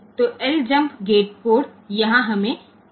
તો અહીં ljmp get code ને અનુરૂપ ASCII કી કોડ મળશે